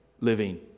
living